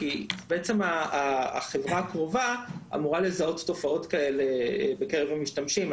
כי בעצם החברה הקרובה אמורה לזהות תופעות כאלה בקרב המשתמשים.